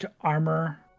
armor